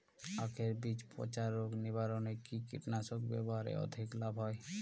আঁখের বীজ পচা রোগ নিবারণে কি কীটনাশক ব্যবহারে অধিক লাভ হয়?